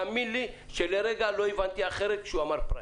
האמן לי שלרגע לא הבנתי אחרת כשהוא אמר פראים.